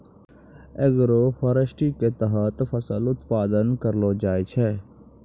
agroforestry के तहत फसल उत्पादन करलो जाय छै